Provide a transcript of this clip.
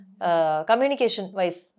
Communication-wise